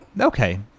okay